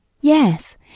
Yes